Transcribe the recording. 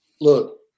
Look